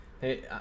Hey